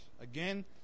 Again